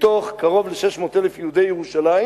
מתוך קרוב ל-600,000 יהודי ירושלים